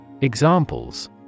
Examples